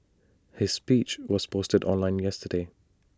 his speech was posted online yesterday